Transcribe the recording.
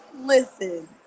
listen